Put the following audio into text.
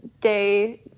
day